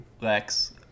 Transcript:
Lex